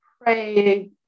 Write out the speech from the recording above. pray